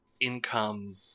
income